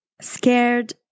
scared